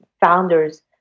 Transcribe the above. founders